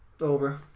over